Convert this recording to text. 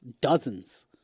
dozens